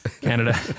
Canada